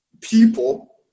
people